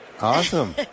awesome